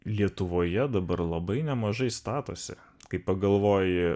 lietuvoje dabar labai nemažai statosi kai pagalvoji